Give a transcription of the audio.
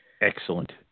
excellent